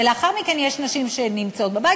ולאחר מכן יש נשים שנמצאות בבית.